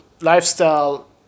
lifestyle